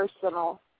personal